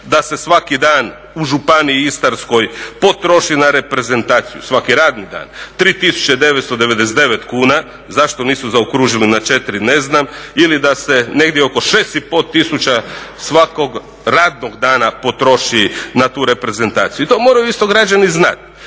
da se svaki dan u Županiji istarskoj potroši na reprezentaciju, svaki radni dan, 3999 kuna, zašto nisu zaokružili na 4, ne znam, ili da se negdje oko 6,5 tisuća svakog radnog dana potroši na tu reprezentaciju? I to moraju isto građani znati,